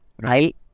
Right